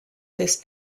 this